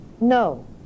no